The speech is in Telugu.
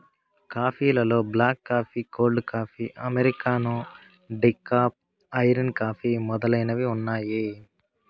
కాఫీ లలో black coffee, cold coffee, americano, decaf, Irish coffee మొదలైనవి ఉన్నాయి